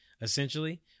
essentially